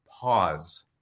pause